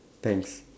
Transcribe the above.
thanks